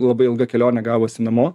labai ilga kelionė gavosi namo